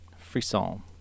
Frisson